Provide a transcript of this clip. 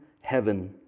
heaven